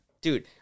dude